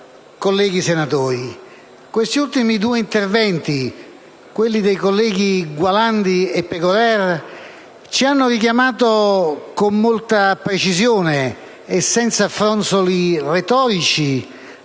colleghi senatori, gli ultimi due interventi dei colleghi Gualdani e Pegorer ci hanno richiamato, con molta precisione e senza fronzoli retorici,